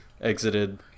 exited